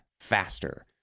faster